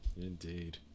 Indeed